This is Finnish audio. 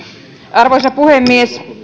arvoisa puhemies